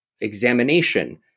examination